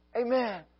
Amen